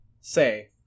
say